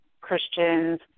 Christians